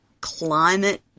climate